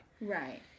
Right